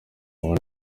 ubu